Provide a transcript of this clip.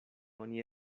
oni